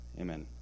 Amen